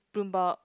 Bloomberg